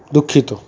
দুঃখিত